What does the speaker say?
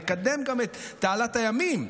נקדם גם את תעלת הימים.